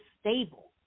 stable